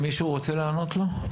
מישהו רוצה לענות לו?